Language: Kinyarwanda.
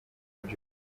byose